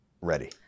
ready